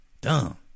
Dumb